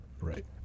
right